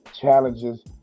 challenges